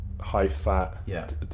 high-fat